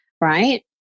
right